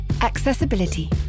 Accessibility